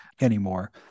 anymore